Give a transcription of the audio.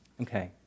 Okay